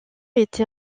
été